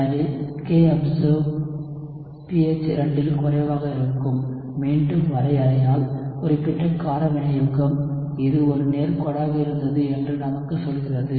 எனவே kobserved pH 2 இல் குறைவாக இருக்கும் மீண்டும் வரையறையால் குறிப்பிட்ட கார வினையூக்கம் இது ஒரு நேர்க்கோடாக இருந்தது என்று நமக்கு சொல்கிறது